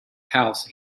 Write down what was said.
house